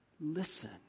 Listen